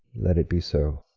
let it be so,